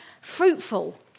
fruitful